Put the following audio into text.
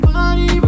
Body